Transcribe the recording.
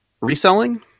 reselling